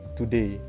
today